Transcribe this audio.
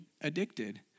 addicted